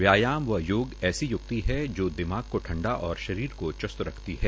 व्यायाम व योग ऐसी य्क्ति है तो दिमाग को ठंडा और शरीर को चूस्त रखता है